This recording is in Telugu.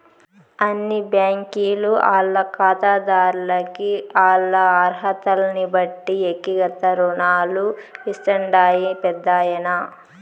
అన్ని బ్యాంకీలు ఆల్ల కాతాదార్లకి ఆల్ల అరహతల్నిబట్టి ఎక్తిగత రుణాలు ఇస్తాండాయి పెద్దాయనా